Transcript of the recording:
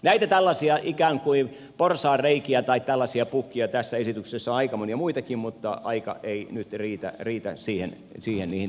näitä tällaisia ikään kuin porsaanreikiä tässä esityksessä on aika monia muitakin mutta aika ei nyt riitä niiden tarkempaan käsittelyyn